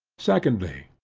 secondly,